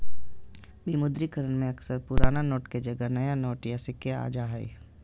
विमुद्रीकरण में अक्सर पुराना नोट के जगह नया नोट या सिक्के आ जा हइ